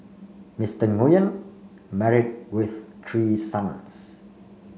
Mister Nguyen married with three sons